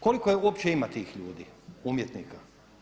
Koliko uopće ima tih ljudi umjetnika?